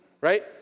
Right